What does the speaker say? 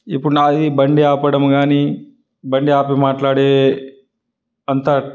ఇప్పుడు నా ఈ బండి ఆపడం కానీ బండి ఆపి మాట్లాడే అంతా